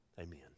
Amen